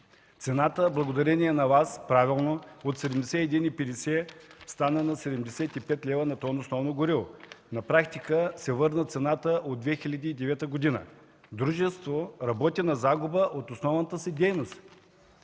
Цената, благодарение на Вас, правилно, от 71,50 лв. стана на 75 лв. на тон условно гориво. На практика се върна цената от 2009 г. Дружеството работи на загуба от основната си дейност.